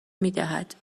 میدهد